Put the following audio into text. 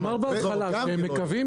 הוא אמר בהתחלה שהם מקווים